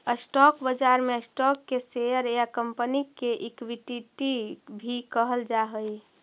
stock बाजार में stock के शेयर या कंपनी के इक्विटी भी कहल जा हइ